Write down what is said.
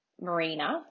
marina